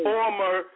Former